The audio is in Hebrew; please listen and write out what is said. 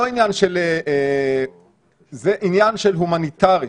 זה עניין הומניטרי.